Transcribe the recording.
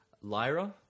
Lyra